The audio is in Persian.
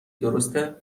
درسته